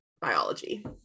biology